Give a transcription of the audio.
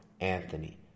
Anthony